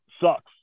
sucks